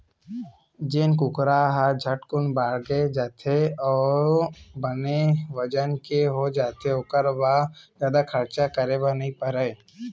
जेन कुकरा ह झटकुन बाड़गे जाथे अउ बने बजन के हो जाथे ओखर बर जादा खरचा नइ करे बर परय